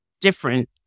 different